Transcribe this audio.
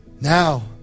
Now